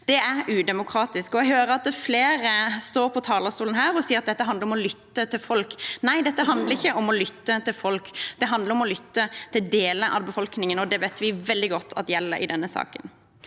Det er udemokratisk. Jeg hører at flere står på talerstolen og sier at det handler om å lytte til folk. Nei, dette handler ikke om å lytte til folk. Det handler om å lytte til deler av befolkningen, og det vet vi veldig godt at gjelder i denne saken.